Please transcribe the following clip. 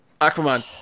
Aquaman